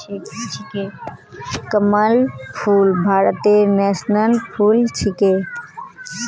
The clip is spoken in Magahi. कमल फूल भारतेर नेशनल फुल छिके